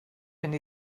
fynd